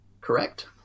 Correct